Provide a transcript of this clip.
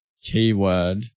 keyword